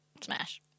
Smash